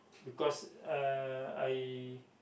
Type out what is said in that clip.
because uh I